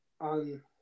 on